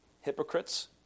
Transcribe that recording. hypocrites